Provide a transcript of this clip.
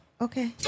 Okay